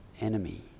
enemy